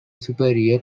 superior